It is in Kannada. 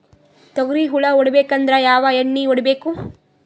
ತೊಗ್ರಿ ಹುಳ ಹೊಡಿಬೇಕಂದ್ರ ಯಾವ್ ಎಣ್ಣಿ ಹೊಡಿಬೇಕು?